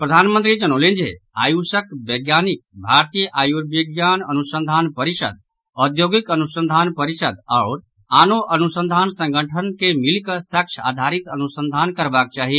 प्रधानमंत्री जनौलनि जे आयुषक वेज्ञानिक भारतीय आयुर्विज्ञान अनुसंधान परिषद औद्योगिक अनुसंधान परिषद आओर आनो अनुसंधान संगठन के मिलि कऽ साक्ष्य आधारित अनुसंधान करबाक चाही